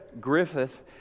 Griffith